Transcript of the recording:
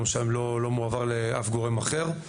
לא מועבר לאף גורם אחר,